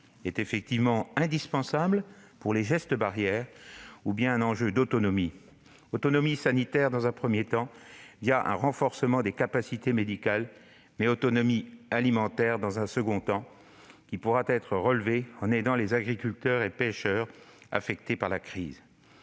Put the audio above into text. que l'eau est indispensable pour les gestes barrières et constitue un enjeu d'autonomie- autonomie sanitaire, dans un premier temps, un renforcement des capacités médicales, et autonomie alimentaire, dans un second temps, défi qui pourra être relevé en aidant les agriculteurs et pêcheurs affectés par la crise.